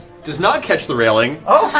does not catch the railing.